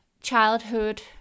childhood